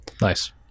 nice